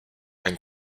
and